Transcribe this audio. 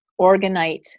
Organite